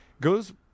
goes –